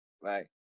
right